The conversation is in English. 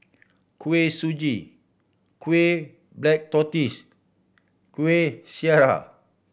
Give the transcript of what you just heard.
Kuih Suji kueh black tortoise Kueh Syara